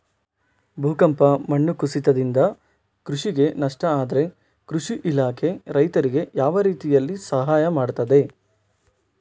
ಭೂಕಂಪ, ಮಣ್ಣು ಕುಸಿತದಿಂದ ಕೃಷಿಗೆ ನಷ್ಟ ಆದ್ರೆ ಕೃಷಿ ಇಲಾಖೆ ರೈತರಿಗೆ ಯಾವ ರೀತಿಯಲ್ಲಿ ಸಹಾಯ ಮಾಡ್ತದೆ?